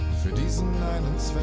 these islands,